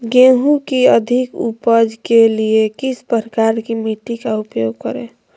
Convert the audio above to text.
गेंहू की अधिक उपज के लिए किस प्रकार की मिट्टी का उपयोग करे?